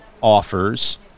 offers